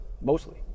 Mostly